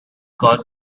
caused